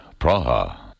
praha